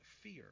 fear